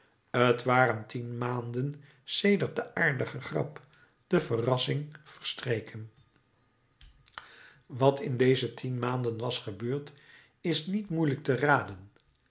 waren tien maanden sedert de aardige grap de verrassing verstreken wat in deze tien maanden was gebeurd is niet moeielijk te raden